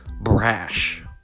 brash